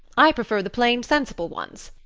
i prefer the plain, sensible ones.